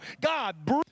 God